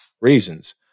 reasons